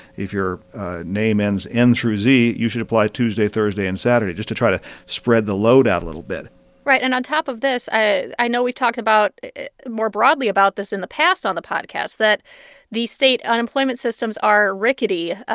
if your name ends n through z, you should apply tuesday, thursday and saturday just to try to spread the load out a little bit right. and on top of this, i know we've talked about more broadly about this in the past on the podcast that these state unemployment systems are rickety, ah